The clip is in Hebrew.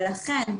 לכן,